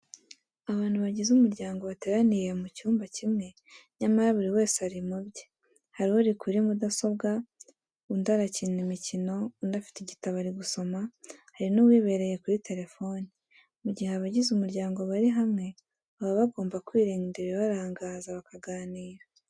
Abantu bagize umuryango bateraniye mu cyumba kimwe nyamara buri wese ari mu bye, hari uri kuri mudasobwa, undi arakina imikino, undi afite igitabo ari gusoma, hari n'uwibereye kuri telefoni. Mu gihe abagize umuryango bari hamwe baba bagomba kwirinda ibibarangaza bakaganira.